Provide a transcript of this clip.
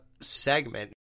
segment